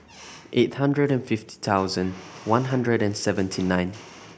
eight hundred and fifty thousand one hundred and seventy nine